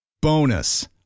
Bonus